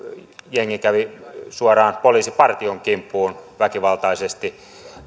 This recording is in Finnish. jengi kävi suoraan poliisipartion kimppuun väkivaltaisesti